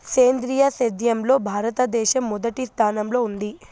సేంద్రీయ సేద్యంలో భారతదేశం మొదటి స్థానంలో ఉంది